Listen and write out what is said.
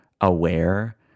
aware